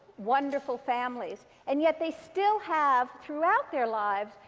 wonderful families. and yet they still have, throughout their lives,